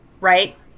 right